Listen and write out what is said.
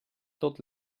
tot